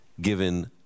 given